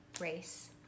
race